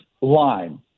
line